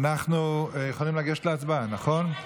אנחנו יכולים לגשת להצבעה, נכון?